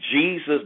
Jesus